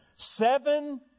Seven